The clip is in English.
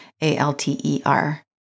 A-L-T-E-R